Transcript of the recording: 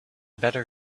better